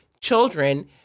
children